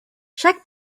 chaque